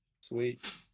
sweet